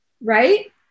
right